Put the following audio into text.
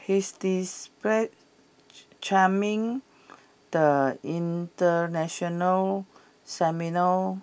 he's charming the international seminar